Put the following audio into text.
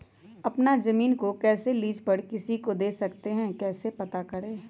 अपना जमीन को कैसे लीज पर किसी को दे सकते है कैसे पता करें?